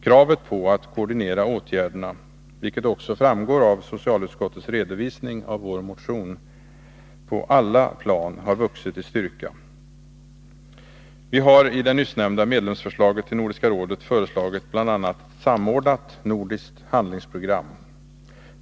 Kravet på att koordinera åtgärderna på alla plan — vilket också framgår av socialutskottets redovisning av vår motion — har vuxit i styrka. Vi har bl.a. i det nyssnämnda medlemsförslaget till Nordiska rådet föreslagit ett samordnat nordiskt handlingsprogram.